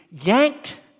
yanked